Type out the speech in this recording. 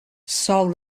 sol